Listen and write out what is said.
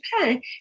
Japan